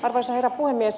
arvoisa herra puhemies